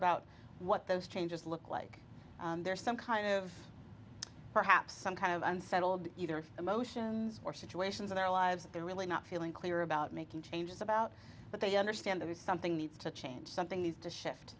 about what those changes look like there's some kind of perhaps some kind of unsettled either of emotions or situations in their lives that they're really not feeling clear about making changes about but they understand there is something needs to change something needs to shift